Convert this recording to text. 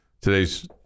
Today's